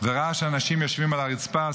וראה שאנשים יושבים על הרצפה,